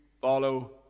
follow